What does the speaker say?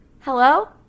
Hello